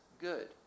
good